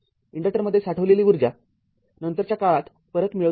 इंडक्टरमध्ये साठवलेली ऊर्जा नंतरच्या काळात परत मिळवता येते